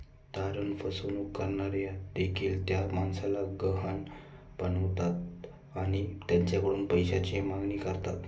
तारण फसवणूक करणारे देखील त्या माणसाला गहाण बनवतात आणि त्याच्याकडून पैशाची मागणी करतात